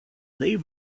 they